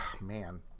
man